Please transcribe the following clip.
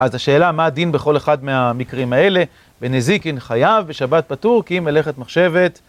אז השאלה, מה הדין בכל אחד מהמקרים האלה? בנזיקין חייב, בשבת פתור, כי היא מלכת מחשבת.